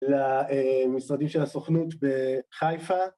למשרדים של הסוכנות בחיפה